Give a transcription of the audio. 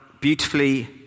beautifully